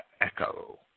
echo